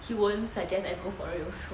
he won't suggest I go for it also